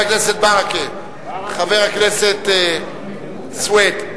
לשנת הכספים 2012,